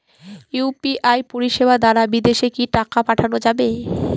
UPI পরিষেবা দারা বিদেশে কি টাকা পাঠানো যাবে?